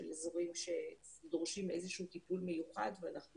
של אזורים שדורשים טיפול מיוחד ואנחנו